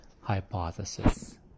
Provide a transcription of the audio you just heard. hypothesis